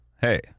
hey